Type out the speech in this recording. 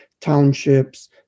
townships